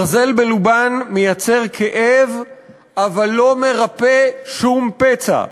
ברזל מלובן מייצר כאב אבל לא מרפא שום פצע.